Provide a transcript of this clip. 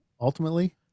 ultimately